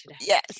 Yes